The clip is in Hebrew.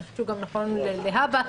שהוא גם נכון להבא.